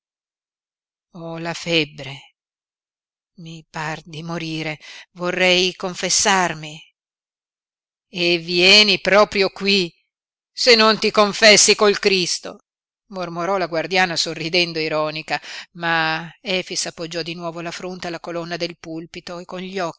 ho la febbre mi par di morire vorrei confessarmi e vieni proprio qui se non ti confessi col cristo mormorò la guardiana sorridendo ironica ma efix appoggiò di nuovo la fronte alla colonna del pulpito e con gli